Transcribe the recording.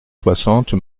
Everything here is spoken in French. soixante